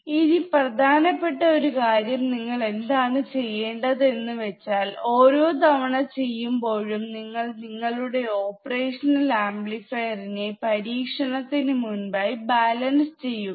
ഇനി പ്രധാനപ്പെട്ട ഒരു കാര്യം നിങ്ങൾ എന്താണ് ചെയ്യേണ്ടത് എന്ന് വെച്ചാൽ ഓരോതവണ ചെയ്യുമ്പോഴും നിങ്ങൾ നിങ്ങളുടെ ഓപ്പറേഷനിൽ ആംപ്ലിഫയർനേ പരീക്ഷണത്തിനു മുൻപായി ബാലൻസ് ചെയ്യുക